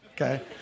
okay